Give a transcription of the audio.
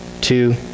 two